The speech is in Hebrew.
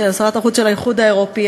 שרת החוץ של האיחוד האירופי,